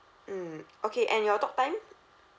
mm okay and your talk time